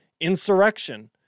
insurrection